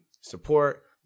support